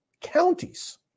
Counties